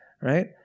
right